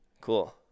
Cool